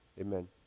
Amen